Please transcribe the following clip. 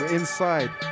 inside